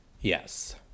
yes